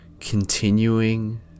Continuing